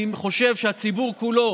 אני חושב שהציבור כולו